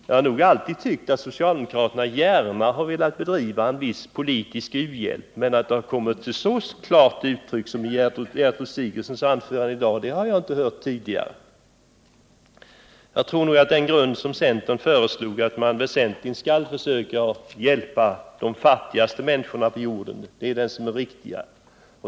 Jag har nog alltid tyckt att socialdemokraterna gärna velat bedriva en viss politisk u-hjälp, men aldrig tidigare har jag hört denna önskan komma till så klart uttryck som den gjorde i dag i Gertrud Sigurdsens anförande. Jag tror att den grund som centern föreslog, nämligen att man skall försöka hjälpa de fattigaste människorna på jorden, är den riktiga.